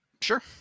Sure